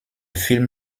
film